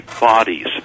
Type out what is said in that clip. bodies